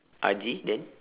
haji then